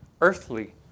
earthly